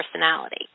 personality